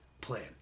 plan